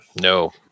no